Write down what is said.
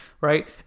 right